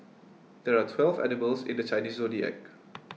there are twelve animals in the Chinese zodiac